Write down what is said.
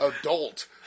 adult